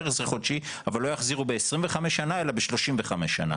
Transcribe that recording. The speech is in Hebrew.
החזר חודשי אבל לא יחזירו ב-25 שנה אלא ב-35 שנה.